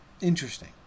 interesting